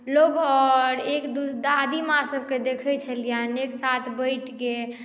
लोग आओर एक दू दादीमाँसभकेँ देखैत छलियनि एक साथ बैठिके